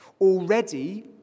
Already